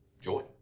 joy